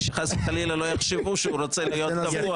כדי שחס וחלילה לא יחשבו שהוא רוצה להיות קבוע.